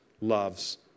loves